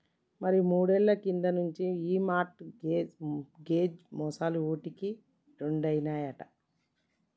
మరి మూడేళ్ల కింది నుంచి ఈ మార్ట్ గేజ్ మోసాలు ఓటికి రెండైనాయట